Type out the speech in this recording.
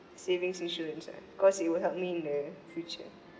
savings insurance ah cause it will help me in the future